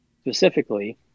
specifically